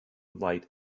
light